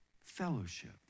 Fellowship